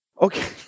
Okay